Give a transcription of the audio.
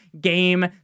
game